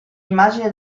immagini